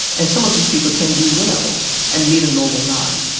and some of these people can be well and lead a normal life.